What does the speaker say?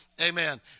Amen